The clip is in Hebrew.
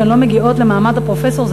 כשהן לא מגיעות למעמד הפרופסור,